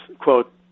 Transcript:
quote